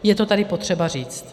Je to tady potřeba říct.